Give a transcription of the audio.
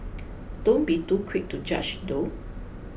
don't be too quick to judge though